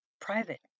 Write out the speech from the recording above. Private